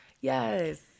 yes